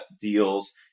deals